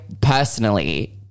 personally